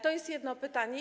To jest jedno pytanie.